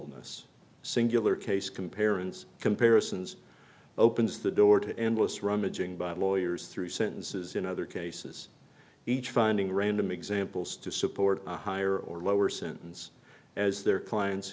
ness singular case comparisons comparisons opens the door to endless rummaging by lawyers three sentences in other cases each finding random examples to support a higher or lower sentence as their clients